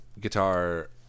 guitar